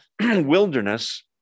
wilderness